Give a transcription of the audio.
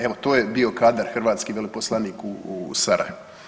Evo to je bio kadar hrvatski veleposlanik u Sarajevu.